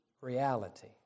Reality